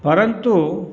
परन्तु